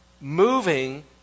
moving